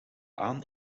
aan